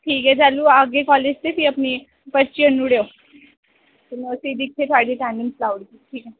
ठीक ऐ जैल्लू आह्गे कालेज ते फ्ही अपनी पर्ची आह्नी उड़ेयो फ्ही उसी दिक्खियै थोहाड़ी अटेंडेंस लाउड़गी ठीक ऐ